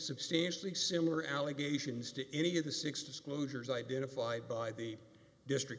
substantially similar allegations to any of the six disclosures identified by the district